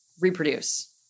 reproduce